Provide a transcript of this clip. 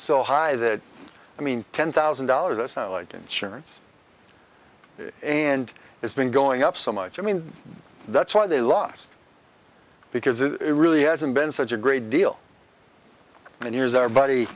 so high that i mean ten thousand dollars us now and insurance and it's been going up so much i mean that's why they lost because it really hasn't been such a great deal and here's our buddy